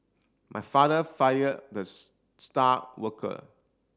my father fired the star worker